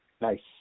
Nice